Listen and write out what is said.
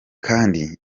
kandi